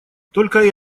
только